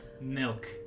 Milk